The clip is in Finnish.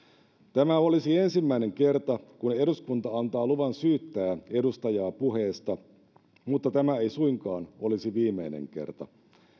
tämä olisi ensimmäinen kerta kun eduskunta antaa luvan syyttää edustajaa puheesta mutta tämä ei suinkaan olisi viimeinen kerta